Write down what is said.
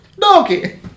Donkey